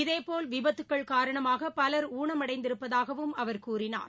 இதேபோல் விபத்துகள் காரணமாக பலர் ஊனமடைந்திருப்பதாகவும் அவர் கூறினார்